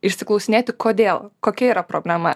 išsiklausinėti kodėl kokia yra problema